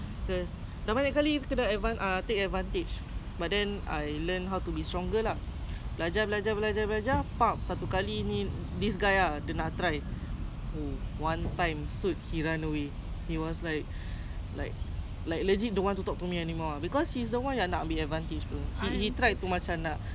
like legit no one talk to me anymore because he is the one yang nak ambil advantage punya he he tried to macam nak pegang-pegang tu semua then I was like bro we are just friends bro then you are touching me this way then he was like can lah can lah terus I give up like okay kau fikir perempuan ni apa lemah sangat apa I give him one punch at his face because I was